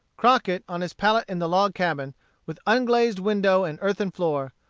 crockett, on his pallet in the log cabin, with unglazed window and earthern floor,